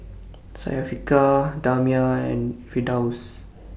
Syafiqah Damia and Firdaus